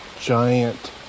giant